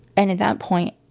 and at that point.